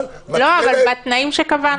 אבל מתווה להם --- לא, אבל בתנאים שקבענו.